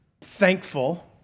thankful